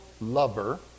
lover